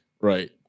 right